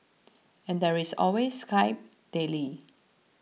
and there is always Skype daily